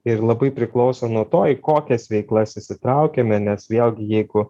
ir labai priklauso nuo to į kokias veiklas įsitraukiame nes vėlgi jeigu